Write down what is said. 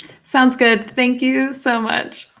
sounds good. thank you so much.